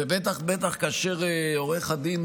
ובטח ובטח כאשר עורך הדין